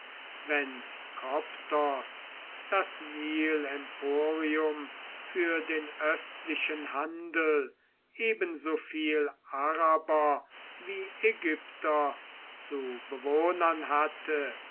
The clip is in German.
wenn koptos das nil emporium für den östlichen handel ebenso viel araber wie ägypter zu bewohnern hatte